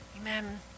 Amen